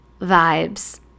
vibes